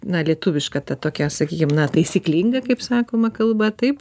na lietuvišką tą tokią sakykim na taisyklinga kaip sakoma kalba taip